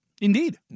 Indeed